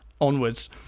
onwards